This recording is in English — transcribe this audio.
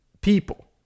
people